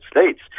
States